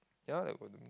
ya like what Domino